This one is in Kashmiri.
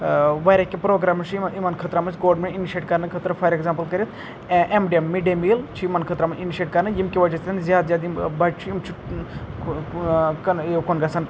واریاہ کینٛہہ پرٛوگرامٕز چھِ یِمَن یِمَن خٲطرٕ آمٕژ گورمینٹ اِنِشیٹ کَرنہٕ خٲطرٕ فار اٮ۪کزامپٕل کٔرِتھ A M ڈٮ۪م mid day meal چھِ یِمَن خٲطرٕ آمٕتۍ اِنِشیٹ کَرنہٕ ییٚمہِ کہ وجہ سۭتۍ زیادٕ زیادٕ یِم بَچہِ چھِ یِم چھِ یوٚکُن گژھان